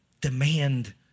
Demand